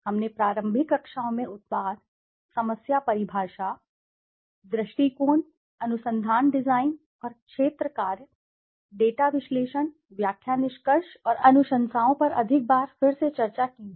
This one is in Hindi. हमने प्रारंभिक कक्षाओं में उत्पाद समस्या परिभाषा दृष्टिकोण अनुसंधान डिजाइन और क्षेत्र कार्य डेटा विश्लेषण व्याख्या निष्कर्ष और अनुशंसाओं पर अधिक बार फिर से चर्चा की है